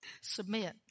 Submit